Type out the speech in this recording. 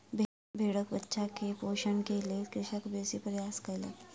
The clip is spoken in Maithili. भेड़क बच्चा के पोषण के लेल कृषक बेसी प्रयास कयलक